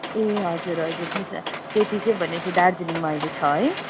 ए हजुर हजुर सुन्नुहोस् न त्यति चाहिँ भने पछि दार्जिलिङमा अहिले छ है